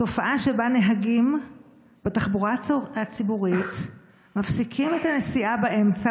תופעה שבה נהגים בתחבורה הציבורית מפסיקים את הנסיעה באמצע,